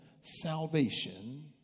salvation